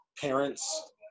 parents